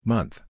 Month